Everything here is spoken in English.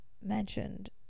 mentioned